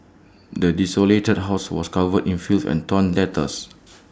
the desolated house was covered in filth and torn letters